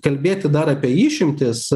kalbėti dar apie išimtis